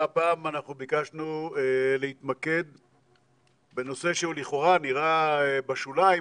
הפעם אנחנו ביקשנו להתמקד בנושא שהוא לכאורה נראה בשוליים,